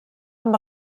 amb